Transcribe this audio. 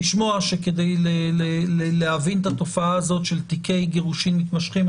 כדי להבין את התופעה הזאת של תיקי גירושין מתמשכים,